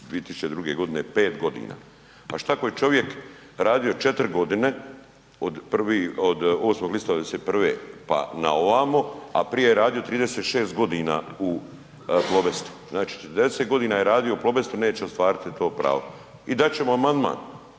2002. g., 5 godina. A što ako je čovjek radio 4 godine od 8. listopada 91. pa na ovamo, a prije je radio 36 godina u Plobest, znači 40 godina je radio u Plobest, neće ostvariti to pravo. I dat ćemo amandman.